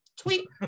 tweet